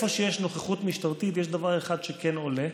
איפה שיש נוכחות משטרתית יש דבר אחד שכן עולה,